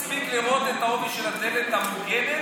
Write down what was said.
מספיק לראות את העובי של הדלת המוגנת